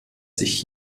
sich